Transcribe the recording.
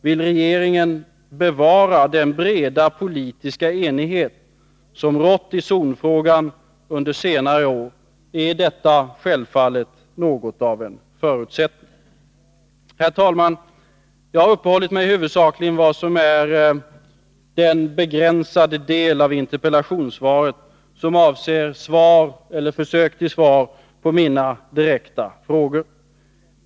Vill regeringen bevara den breda politiska enighet som rått i zonfrågan under senare år är detta självfallet något av en förutsättning. Herr talman! Jag har uppehållit mig huvudsakligen vid vad som är den begränsade del av interpellationssvaret som avser svar eller försök till svar på mina direkta frågor.